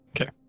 Okay